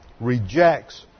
rejects